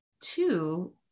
two